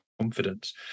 confidence